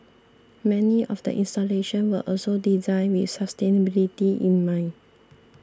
many of the installation were also designed with sustainability in mind